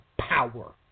power